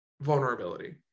vulnerability